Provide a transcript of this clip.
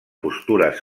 postures